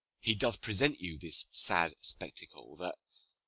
he doth present you this sad spectacle, that,